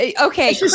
okay